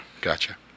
gotcha